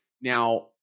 now